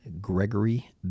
Gregory